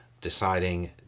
deciding